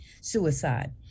suicide